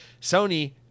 Sony